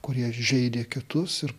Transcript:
kurie žeidė kitus ir